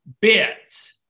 bits